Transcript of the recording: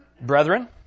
Brethren